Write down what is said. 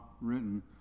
written